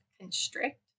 constrict